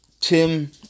Tim